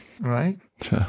right